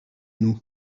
nous